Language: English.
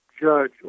judge